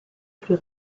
plus